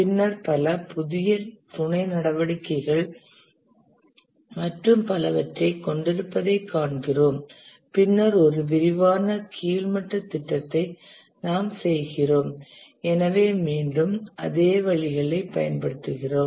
பின்னர் பல புதிய துணை நடவடிக்கைகள் மற்றும் பலவற்றைக் கொண்டிருப்பதைக் காண்கிறோம் பின்னர் ஒரு விரிவான கீழ் மட்டத் திட்டத்தை நாம் செய்கிறோம் எனவே மீண்டும் அதே வழிகளை பயன்படுத்துகிறோம்